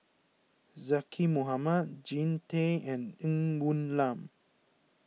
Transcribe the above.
Zaqy Mohamad Jean Tay and Ng Woon Lam